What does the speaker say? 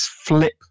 flip